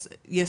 יש ספק?